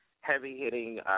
heavy-hitting